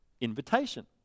invitation